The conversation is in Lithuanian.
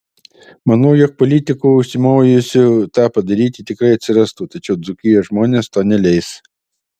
manau jog politikų užsimojusių tą padaryti tikrai atsirastų tačiau dzūkijos žmonės to neleis